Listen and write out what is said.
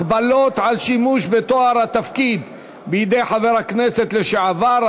הגבלות על שימוש בתואר התפקיד בידי חבר הכנסת לשעבר),